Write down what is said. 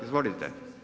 Izvolite.